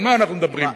על מה אנחנו מדברים פה?